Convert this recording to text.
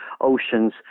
oceans